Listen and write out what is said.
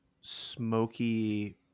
smoky